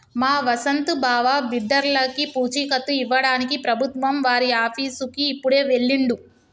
మా వసంత్ బావ బిడ్డర్లకి పూచీకత్తు ఇవ్వడానికి ప్రభుత్వం వారి ఆఫీసుకి ఇప్పుడే వెళ్ళిండు